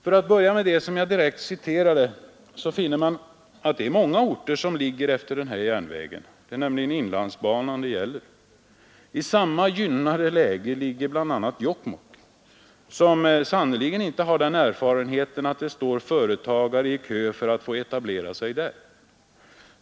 För att börja med det som jag direkt citerade, finner man att det är många orter som ligger efter denna järnväg, nämligen inlandsbanan. I samma gynnade läge ligger bl.a. Jokkmokk, där man sannerligen inte har den erfarenheten att det står företagare i kö för att få etablera sig där.